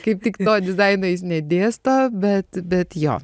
kaip tik to dizaino jis nedėsto bet bet jo